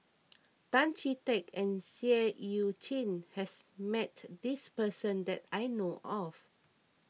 Tan Chee Teck and Seah Eu Chin has met this person that I know of